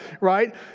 right